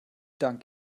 dank